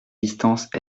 distance